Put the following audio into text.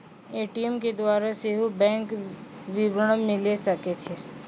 ATM के द्वारा सेहो बैंक विबरण मिले सकै छै